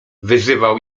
wyzwał